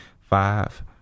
five